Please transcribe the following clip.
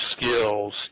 skills